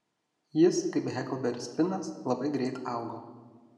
jis kaip heklberis finas labai greit augo